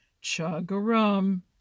Chug-a-rum